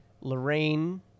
Lorraine